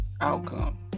outcome